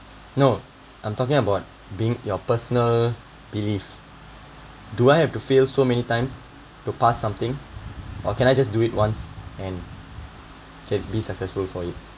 no I'm talking about being your personal belief do I have to fail so many times to pass something or can I just do it once and can be successful for it